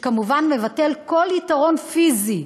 שכמובן מבטל כל יתרון פיזי,